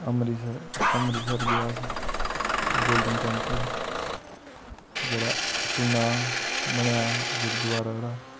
अमृतसर अमृतसर गे अस Golden Temple जेह्ड़ा सुन्ना बने दी गुरुद्वारा जेह्ड़ा